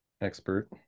expert